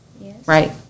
right